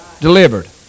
delivered